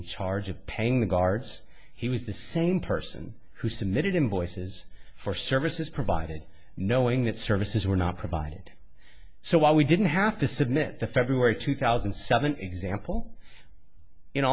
and charge of paying the guards he was the same person who submitted invoices for services provided knowing that services were not provided so while we didn't have to submit the february two thousand and seven example in